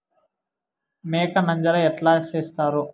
మేక నంజర ఎట్లా సేస్తారు?